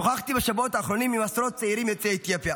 שוחחתי בשבועות האחרונים עם עשרות צעירים יוצאי אתיופיה,